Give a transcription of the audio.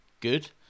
good